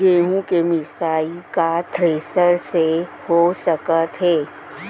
गेहूँ के मिसाई का थ्रेसर से हो सकत हे?